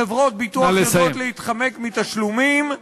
חברות ביטוח יודעות להתחמק מתשלומים,